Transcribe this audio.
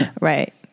Right